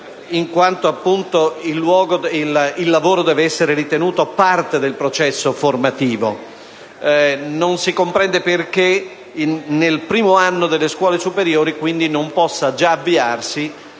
appunto - il lavoro deve essere ritenuto parte del processo formativo. Non si comprende il motivo per cui nel primo anno delle scuole superiori non possa già avviarsi